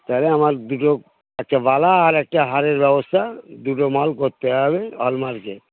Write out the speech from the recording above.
তাহলে আমার দুটো একটা বালা আর একটা হারের ব্যবস্থা দুটো মাল করতে হবে হলমার্কের